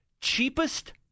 cheapest